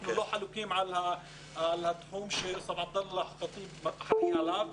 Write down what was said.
אבל אנחנו לא חלוקים על התחום שעבדאללה חטיב אחראי עליו.